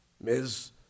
Ms